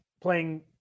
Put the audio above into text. playing